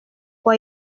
quoi